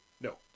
no